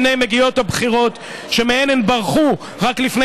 הינה מגיעות הבחירות שמהן הם ברחו רק לפני